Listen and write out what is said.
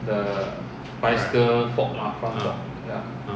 right uh uh